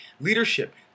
Leadership